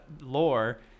Lore